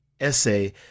essay